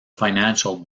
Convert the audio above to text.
financial